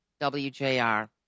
WJR